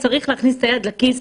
צריך להכניס את היד לכיס,